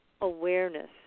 awareness